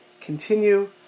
continue